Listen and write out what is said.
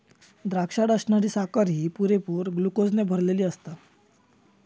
द्राक्षात असणारी साखर ही पुरेपूर ग्लुकोजने भरलली आसता